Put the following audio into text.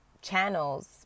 channels